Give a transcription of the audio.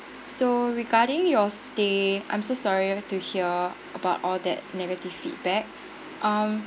so regarding your stay I'm so sorry to hear about all that negative feedback um